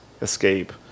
escape